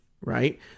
right